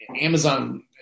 amazon